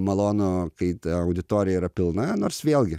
malonu kai ta auditorija yra pilna nors vėlgi